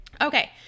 okay